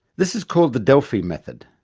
this is called the delphi method,